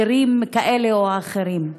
הסדרים כאלה או אחרים.